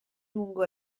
lungo